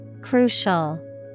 crucial